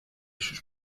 sus